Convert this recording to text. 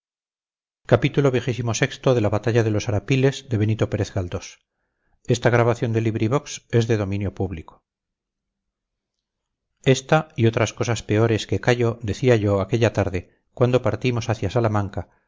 un esta y otras cosas peores que callo decía yo aquella tarde cuando partimos hacia salamanca